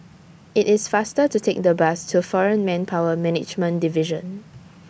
IT IS faster to Take The Bus to Foreign Manpower Management Division